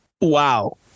Wow